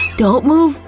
don't move,